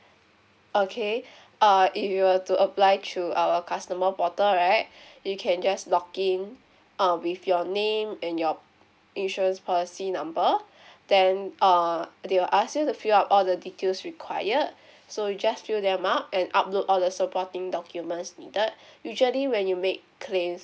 okay err if you want to apply through our customer portal right you can just log in um with your name and your insurance policy number then err they will ask you to fill up all the details required so you just fill them up and upload all the supporting documents needed usually when you make claims